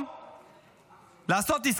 אתם יודעים איפה הצבא אומר: אני את העבודה סיימתי?